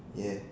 ya